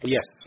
Yes